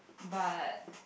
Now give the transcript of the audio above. but